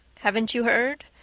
haven't you heard?